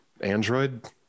Android